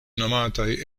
nomataj